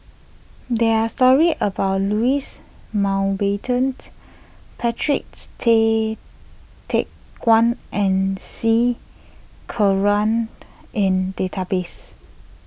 there are stories about Louis Mountbatten's Patrick's Tay Teck Guan and C Kunalan in the database